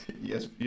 yes